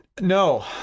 No